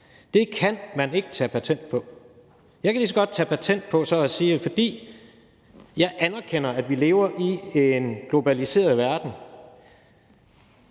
Det kan man ikke tage patent på. Jeg kan så lige så godt tage patent på, at fordi vi lever i en globaliseret verden